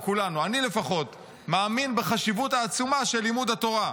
אני לפחות מאמין בחשיבות העצומה של לימוד התורה,